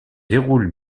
déroule